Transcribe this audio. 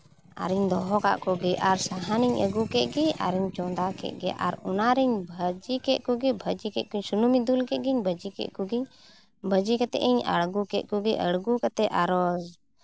ᱟᱨᱤᱧ ᱫᱚᱦᱚ ᱠᱟᱜ ᱠᱚᱜᱮ ᱟᱨ ᱥᱟᱦᱟᱱᱤᱧ ᱟᱹᱜᱩ ᱠᱮᱫ ᱜᱮ ᱟᱨᱤᱧ ᱪᱚᱸᱫᱟ ᱠᱮᱫ ᱜᱮ ᱟᱨ ᱚᱱᱟᱨᱤᱧ ᱵᱷᱟᱹᱡᱤ ᱠᱮᱫ ᱠᱚᱜᱮ ᱵᱷᱟᱹᱡᱤ ᱠᱮᱫ ᱜᱤᱧ ᱥᱩᱱᱩᱢᱤᱧ ᱫᱩᱞ ᱠᱮᱫ ᱜᱤᱧ ᱵᱷᱟᱹᱡᱤ ᱠᱮᱫ ᱜᱤᱧ ᱵᱷᱟᱹᱡᱤ ᱠᱟᱛᱮᱫ ᱤᱧ ᱟᱬᱜᱳ ᱠᱮᱫ ᱠᱚᱜᱮ ᱟᱬᱜᱳ ᱠᱟᱛᱮᱫ ᱟᱨᱚ